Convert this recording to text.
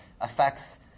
affects